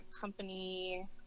company